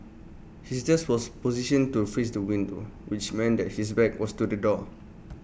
his desk was positioned to face the window which meant that his back was to the door